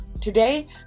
Today